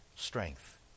strength